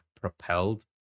propelled